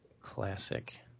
Classic